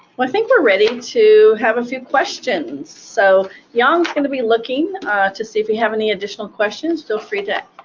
well, i think they're ready to have a few questions. so yong is going to be looking to see if you have any additional questions. feel free to